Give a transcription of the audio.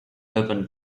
urban